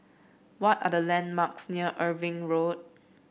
what are the landmarks near Irving Road